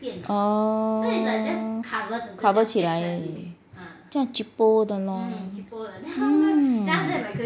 oh cover 起来而已这样 cheapo 的 lor